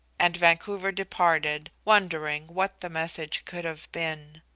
and vancouver departed, wondering what the message could have been.